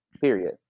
Period